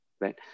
right